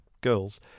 girls